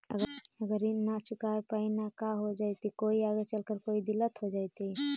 अगर ऋण न चुका पाई न का हो जयती, कोई आगे चलकर कोई दिलत हो जयती?